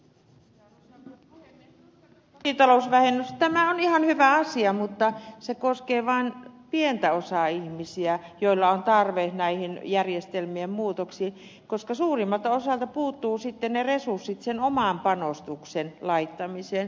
minusta kotitalousvähennys on ihan hyvä asia mutta se koskee vaan pientä osaa ihmisiä joilla on tarve näihin järjestelmien muutoksiin koska suurimmalta osalta puuttuu sitten resurssit sen oman panostuksen laittamiseen